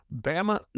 Bama